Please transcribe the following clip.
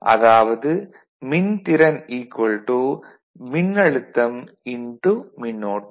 அதாவது மின்திறன் மின்னழுத்தம் x மின்னோட்டம்